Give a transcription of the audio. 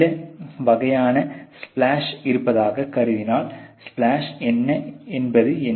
சில வகையான ஸ்பிளாஷ் இருப்பதாகக் கருதினால் ஸ்பிளாஷ் என்பது என்ன